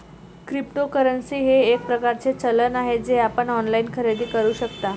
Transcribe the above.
cryptocurrency हे एक प्रकारचे चलन आहे जे आपण ऑनलाइन खरेदी करू शकता